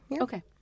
Okay